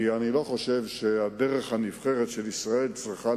כי אני לא חושב שהדרך הנבחרת של ישראל צריכה